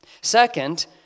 Second